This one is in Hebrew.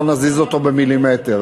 לא נזיז אותו במילימטר.